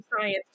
science